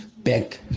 Back